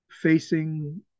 facing